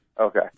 Okay